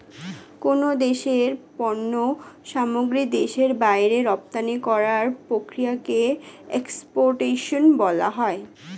কোন দেশের পণ্য সামগ্রী দেশের বাইরে রপ্তানি করার প্রক্রিয়াকে এক্সপোর্টেশন বলা হয়